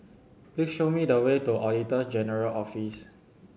please show me the way to Auditor General Office